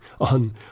on